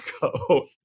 go